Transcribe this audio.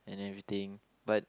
and everything but